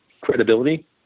credibility